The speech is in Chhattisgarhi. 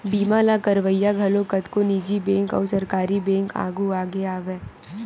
बीमा ल करवइया घलो कतको निजी बेंक अउ सरकारी बेंक आघु आगे हवय